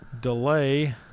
delay